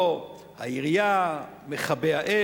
לא נענו.